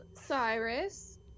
cyrus